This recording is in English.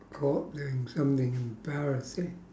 caught doing something embarrassing